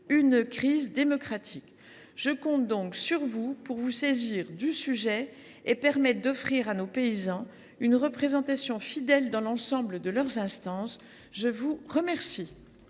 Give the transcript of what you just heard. une crise démocratique. Je compte donc sur vous pour vous saisir du sujet et offrir à nos paysans une représentation fidèle dans l’ensemble de leurs instances. La parole